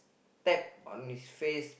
slap onto his face